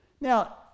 Now